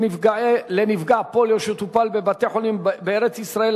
נפגע פוליו שטופל בבתי-חולים בארץ-ישראל),